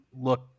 look